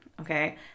okay